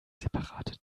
separate